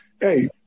hey